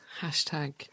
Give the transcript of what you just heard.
Hashtag